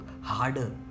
harder